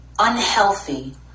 unhealthy